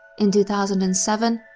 in two thousand and seven,